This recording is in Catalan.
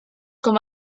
com